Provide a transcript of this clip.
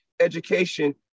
education